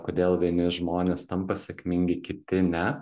kodėl vieni žmonės tampa sėkmingi kiti ne